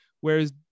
whereas